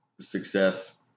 success